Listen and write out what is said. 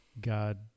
God